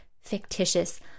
fictitious